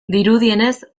dirudienez